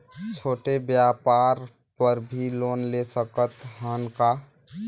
छोटे व्यापार बर भी लोन ले सकत हन का?